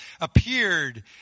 appeared